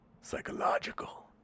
Psychological